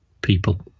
people